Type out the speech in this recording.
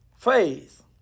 faith